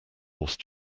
horse